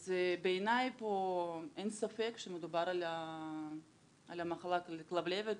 אז בעיניי אין ספק שמדובר על מחלת כלבלבת,